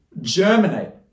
germinate